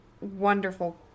wonderful